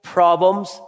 Problems